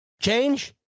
change